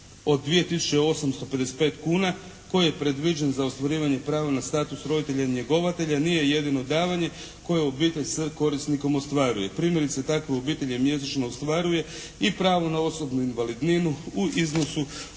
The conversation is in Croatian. od 2.855,00 kuna koji je predviđen za ostvarivanje prava na status roditelja njegovatelja nije jedino davanje koje obitelj s korisnikom ostvaruje. Primjerice tako obitelji mjesečno ostvaruje i pravo na osobnu invalidninu u iznosu